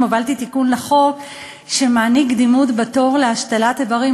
הובלתי תיקון לחוק שמעניק קדימות בתור להשתלת איברים,